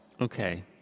Okay